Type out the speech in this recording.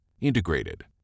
Integrated